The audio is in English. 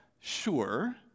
sure